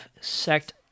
sect